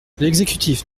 l’exécutif